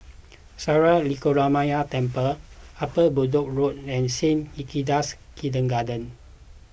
Sri Lankaramaya Temple Upper Bedok Road and Saint Hilda's Kindergarten